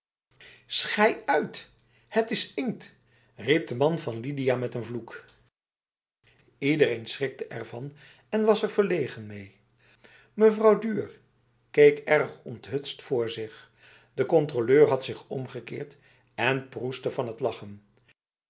schei uit het is inkt riep de man van lidia met een vloek ledereen schrikte ervan en was er verlegen mee mevrouw duhr keek erg onthutst voor zich de controleur had zich omgekeerd en proestte van het lachen